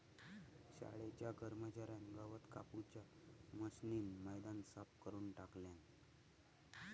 शाळेच्या कर्मच्यार्यान गवत कापूच्या मशीनीन मैदान साफ करून टाकल्यान